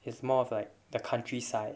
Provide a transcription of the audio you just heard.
is more of like the countryside